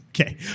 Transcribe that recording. okay